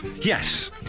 Yes